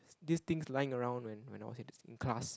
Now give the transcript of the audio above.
these things lying around when when I was in the in class